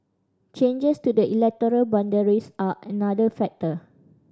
changes to the electoral boundaries are another factor